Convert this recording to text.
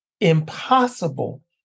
impossible